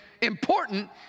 important